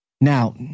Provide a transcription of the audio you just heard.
Now